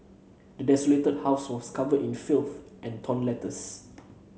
the desolated house was covered in filth and torn letters